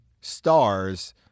stars